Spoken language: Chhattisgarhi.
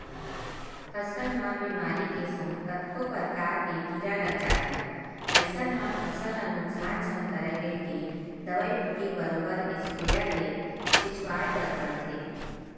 फसल म बेमारी के संग कतको परकार के कीरा लग जाथे अइसन म फसल ल नुकसान झन करय कहिके दवई बूटी बरोबर इस्पेयर ले छिचवाय बर परथे